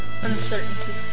Uncertainty